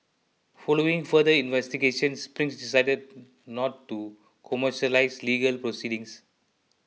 following further investigations Spring decided not to commercialize legal proceedings